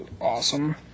awesome